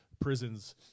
prisons